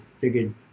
figured